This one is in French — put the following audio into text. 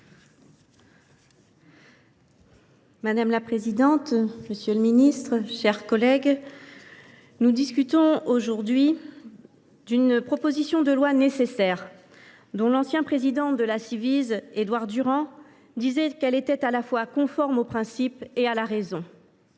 Madame la présidente, monsieur le garde des sceaux, mes chers collègues, nous discutons aujourd’hui d’une proposition de loi nécessaire, dont l’ancien président de la Ciivise, Édouard Durand, disait qu’elle était à la fois conforme aux principes et à la raison.